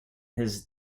his